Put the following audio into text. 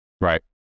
Right